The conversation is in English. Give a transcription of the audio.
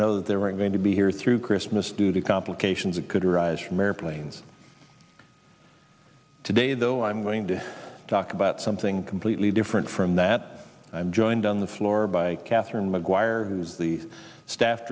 know that they weren't going to be here through christmas due to complications that could arise from airplanes today though i'm going to talk about something completely different from that i'm joined on the floor by katherine mcguire who's the staff